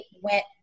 went